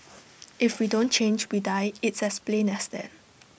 if we don't change we die it's as plain as that